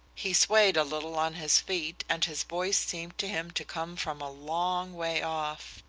he swayed a little on his feet and his voice seemed to him to come from a long way off.